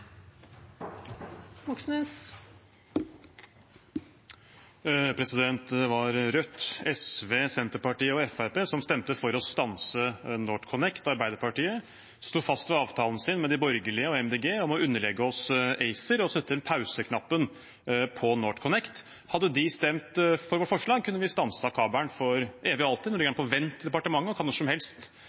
Det var Rødt, SV, Senterpartiet og Fremskrittspartiet som stemte for å stanse NorthConnect. Arbeiderpartiet sto fast ved avtalen sin med de borgerlige og Miljøpartiet De Grønne om å underlegge oss ACER og trykke på pauseknappen når det gjelder NorthConnect. Hadde de stemt for vårt forslag, kunne vi stanset kabelen for evig og alltid. Nå ligger den på vent i departementet, og en ny regjering kan når som